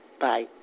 bye